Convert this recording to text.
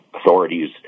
authorities